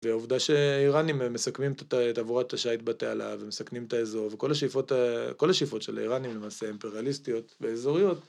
ועובדה שאיראנים מסכנים את תעבורת השייט בתעלה ומסכנים את האזור וכל השאיפות של איראנים למעשה הם אימפריאליסטיות ואזוריות.